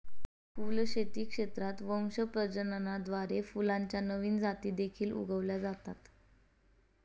फुलशेती क्षेत्रात वंश प्रजननाद्वारे फुलांच्या नवीन जाती देखील उगवल्या जातात